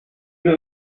uno